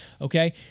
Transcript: Okay